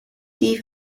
die